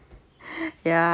ya tI hink that's the best